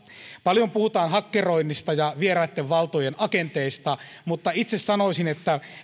paljon puhutaan hakkeroinnista ja vieraitten valtojen agenteista mutta itse sanoisin että